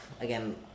again